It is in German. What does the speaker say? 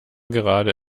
gerade